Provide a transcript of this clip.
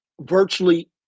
virtually